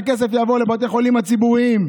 הכסף יעבור לבתי החולים הציבוריים.